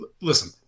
Listen